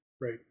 right